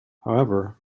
however